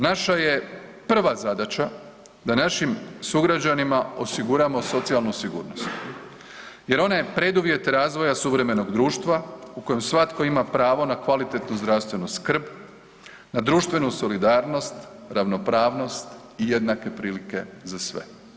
Naša je prva zadaća da našim sugrađanima osiguramo socijalnu sigurnost jer ona je preduvjet razvoja suvremenog društva u kojem svatko ima pravo na kvalitetnu zdravstvenu skrb, na društvenu solidarnost, ravnopravnost i jednake prilike za sve.